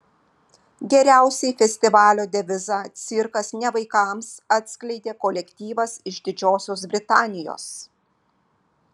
geriausiai festivalio devizą cirkas ne vaikams atskleidė kolektyvas iš didžiosios britanijos